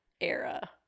era